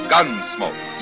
Gunsmoke